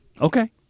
Okay